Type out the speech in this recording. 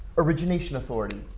origination authority.